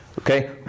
okay